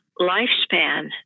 lifespan